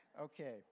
Okay